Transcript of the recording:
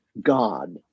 God